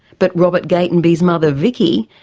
but robert gatenby's mother, vicky,